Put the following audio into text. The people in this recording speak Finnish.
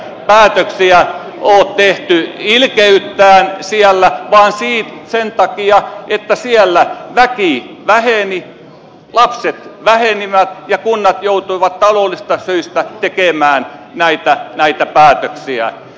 eihän niitä päätöksiä ole tehty ilkeyttään siellä vaan sen takia että siellä väki väheni lapset vähenivät ja kunnat joutuivat taloudellisista syistä tekemään näitä päätöksiä